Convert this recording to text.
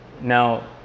Now